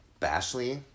Bashley